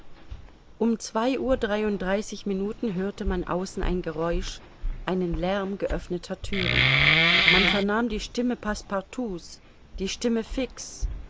um zwei uhr dreiunddreißig minuten hörte man außen ein geräusch einen lärm geöffneter thüren man vernahm die stimme passepartout's die stimme fix's